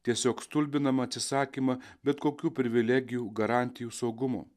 tiesiog stulbinamą atsisakymą bet kokių privilegijų garantijų saugumo